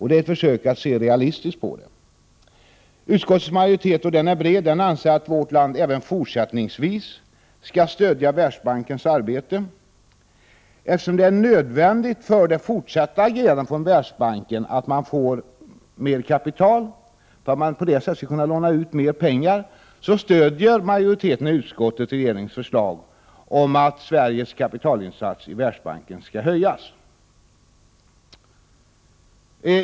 Det är ett försök att se realistiskt på detta. Utskottets majoritet, och den är bred, anser att vårt land även fortsättningsvis skall stödja Världsbankens arbete. Eftersom det är nödvändigt för bankens fortsatta agerande att den tillförs mer kapital för att den skall kunna låna ut mer pengar, stödjer utskottsmajoriteten regeringens förslag om att Sveriges kapitalinsats i Världsbanken skall höjas.